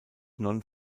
non